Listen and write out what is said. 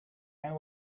and